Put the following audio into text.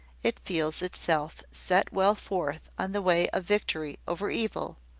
it feels itself set well forth on the way of victory over evil,